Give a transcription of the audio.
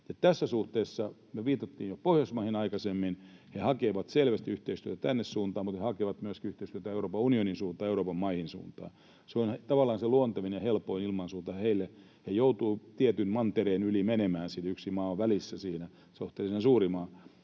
Tässä suhteessa me viitattiin jo aikaisemmin Pohjoismaihin. He hakevat selvästi yhteistyötä tänne suuntaan, mutta he hakevat myöskin yhteistyötä Euroopan unionin suuntaan ja Euroopan maiden suuntaan. Se on tavallaan se luontevin ja helpoin ilmansuunta heille. He joutuvat tietyn mantereen yli menemään. Yksi maa on siinä välissä, suhteellisen suuri maa,